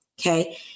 okay